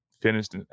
finished